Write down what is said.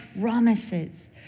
promises